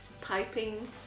piping